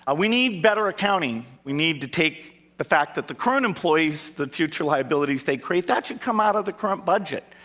ah we need better accounting. we need to take the fact that the current employees, the future liabilities they create, that should come out of the current budget.